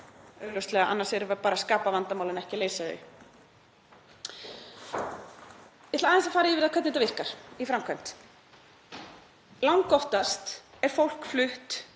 þjónustu, annars erum við bara að skapa vandamál en ekki að leysa þau. Ég ætla aðeins að fara yfir það hvernig þetta virkar í framkvæmd. Langoftast er fólk flutt